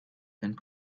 and